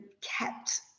kept